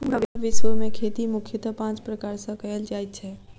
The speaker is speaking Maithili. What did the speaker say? पूरा विश्व मे खेती मुख्यतः पाँच प्रकार सॅ कयल जाइत छै